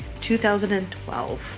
2012